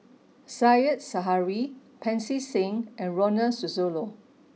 said Zahari Pancy Seng and Ronald Susilo